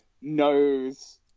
knows